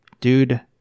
Dude